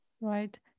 Right